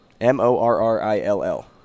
M-O-R-R-I-L-L